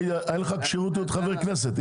היה לך כשירות לחבר כנסת,